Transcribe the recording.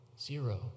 zero